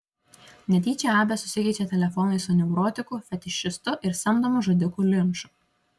netyčia abė susikeičia telefonais su neurotiku fetišistu ir samdomu žudiku linču